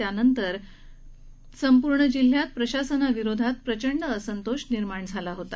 यानंतर संपूर्ण जिल्ह्यात प्रशासनाविरोधात प्रचंड असंतोष निर्माण झाला होता